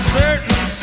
certain